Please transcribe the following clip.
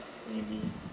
maybe